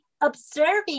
observing